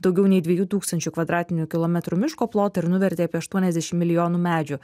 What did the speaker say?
daugiau nei dviejų tūkstančių kvadratinių kilometrų miško plotą ir nuvertė apie aštuoniasdešim milijonų medžių